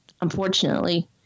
Unfortunately